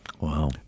Wow